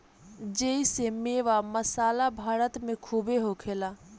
जेइसे मेवा, मसाला भारत मे खूबे होखेला